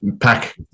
pack